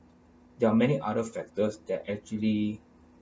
there are many other factors that actually